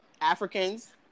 Africans